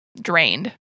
drained